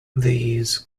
these